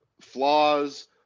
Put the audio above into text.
flaws